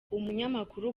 umunyamakuru